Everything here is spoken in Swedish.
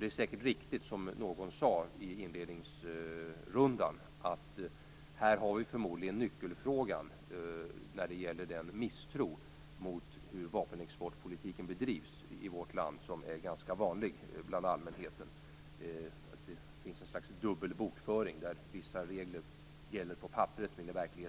Det är säkert riktigt, som någon sade i inledningsrundan, att detta förmodligen är nyckelfrågan när det gäller den misstro mot hur vapenexportpolitiken bedrivs i vårt land som är ganska vanlig bland allmänheten. Det finns något slags dubbel bokföring, där vissa regler gäller på papperet medan en annan praxis gäller i